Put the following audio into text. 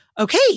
Okay